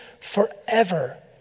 forever